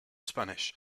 spanish